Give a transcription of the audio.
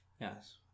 Yes